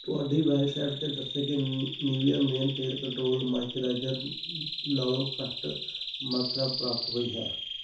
ਤੁਹਾਡੀ ਵੈੱਬਸਾਈਟ 'ਤੇ ਦੱਸੇ ਗਏ ਨੀਵਿਆ ਮੇਨ ਤੇਲ ਕੰਟਰੋਲ ਮਾਇਸਚਰਾਈਜ਼ਰ ਨਾਲੋਂ ਘੱਟ ਮਾਤਰਾ ਪ੍ਰਾਪਤ ਹੋਈ ਹੈ